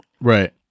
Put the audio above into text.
Right